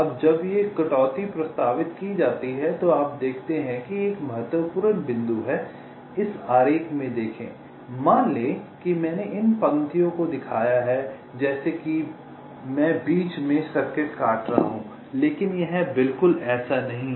अब जब ये कटौती प्रस्तावित की जाती है तो आप देखते हैं कि एक महत्वपूर्ण बिंदु है इस आरेख में देखें मान लें कि मैंने इन पंक्तियों को दिखाया है जैसे कि मैं बीच में सर्किट काट रहा हूं लेकिन यह बिल्कुल ऐसा नहीं है